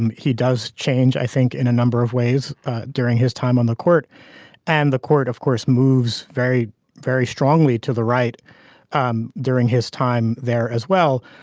and he does change i think in a number of ways during his time on the court and the court of course moves very very strongly to the right um during his time there as well.